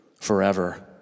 forever